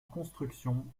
construction